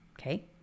Okay